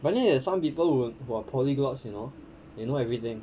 but then there are some people who will who are polyglots you know they know everything